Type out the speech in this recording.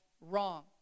wrong